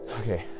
Okay